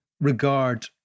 regard